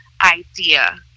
idea